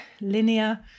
linear